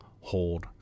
hold